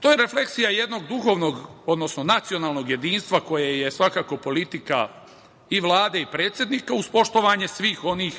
To je refleksija jednog duhovnog, odnosno nacionalnog jedinstva koje je svakako politika i Vlade i predsednika, a uz poštovanje svih onih